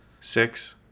Six